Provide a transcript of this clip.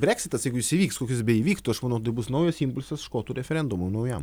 breksitas jeigu jis įvyks koks jis beįvyktų aš manau tai bus naujas impulsas škotų referendumui naujam